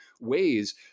ways